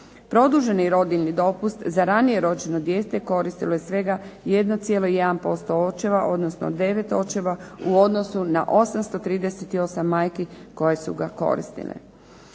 Produženi rodiljni dopust za ranije rođeno dijete koristilo je svega 1,1% očeva odnosno 9 očeva u odnosu na 838 majki koje su ga koristile.